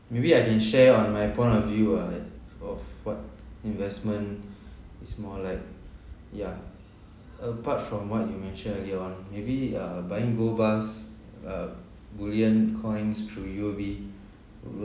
maybe I can share on my point of view what of what investment is more like yeah apart from what you mentioned earlier on maybe uh buying gold bars uh bullion coins through U_O_B